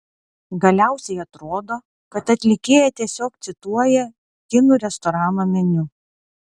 galiausiai atrodo kad atlikėja tiesiog cituoja kinų restorano meniu